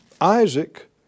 Isaac